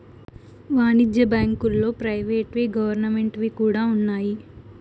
వాణిజ్య బ్యాంకుల్లో ప్రైవేట్ వి గవర్నమెంట్ వి కూడా ఉన్నాయి